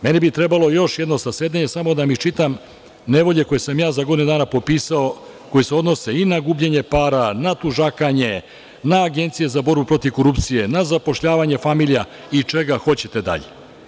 Meni bi trebalo još jedno zasedanje samo da vam iščitam nevolje koje sam ja za godinu dana popisao, koje se odnose i na gubljenje para, na tužakanje, na agencije za borbu protiv korupcije, na zapošljavanje familija i čega hoćete dalje.